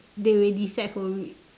they will decide for it